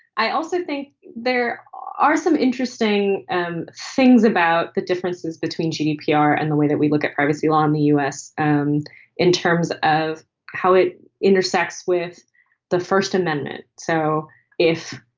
i also think there are some interesting um things about the differences between gdp and the way that we look at privacy laws in the us and in terms of how it intersects with the first amendment. so if.